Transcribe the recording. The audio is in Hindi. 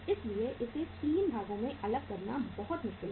इसलिए इसे 3 भागों में अलग करना बहुत मुश्किल है